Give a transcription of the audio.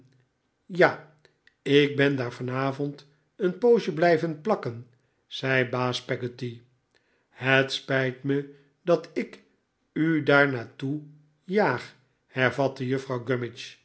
ja ik ben daar vanavond een poosje blijven plakken zei baas peggotty het spijt me dat ik u daar naar toe jaag hefvatte juffrouw